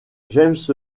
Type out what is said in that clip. james